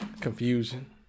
Confusion